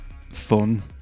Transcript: fun